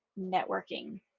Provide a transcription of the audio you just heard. networking